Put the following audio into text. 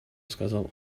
сказал